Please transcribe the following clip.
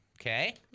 Okay